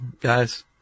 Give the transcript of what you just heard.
guys